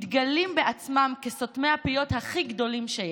מתגלים בעצמם כסותמי הפיות הכי גדולים שיש.